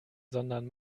sondern